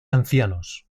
ancianos